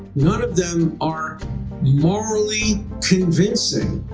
none of them are morally convincing.